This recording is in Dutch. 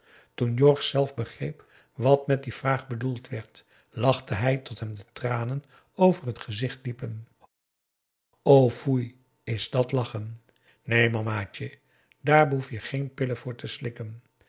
jorg zelf begreep wat met die vraag bedoeld werd lachte hij tot hem de tranen over het gezicht liepen o foei is dat lachen neen mamaatje daar behoef je geen pillen voor te slikken